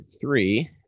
three